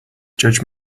judge